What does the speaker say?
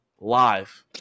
live